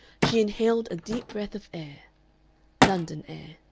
she inhaled a deep breath of air london air.